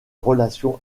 relation